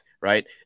Right